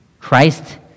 Christ